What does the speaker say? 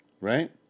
right